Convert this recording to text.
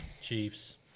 Chiefs